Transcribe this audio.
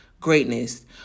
greatness